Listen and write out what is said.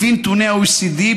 לפי נתוני ה-OECD,